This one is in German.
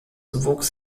wuchs